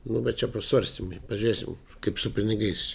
nu bet čia pasvarstymai pažėsim kaip su pinigais